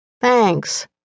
Thanks